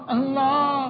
Allah